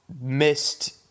missed